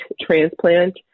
transplant